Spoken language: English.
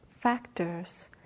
factors